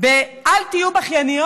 תלוי.